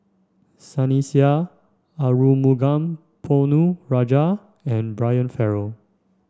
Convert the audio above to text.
Sunny Sia Arumugam Ponnu Rajah and Brian Farrell